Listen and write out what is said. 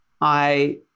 I-